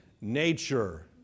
nature